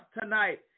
tonight